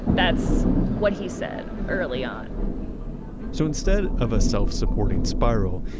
that's what he said early on so instead of a self-supporting spiral,